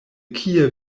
kie